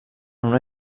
una